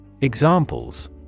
Examples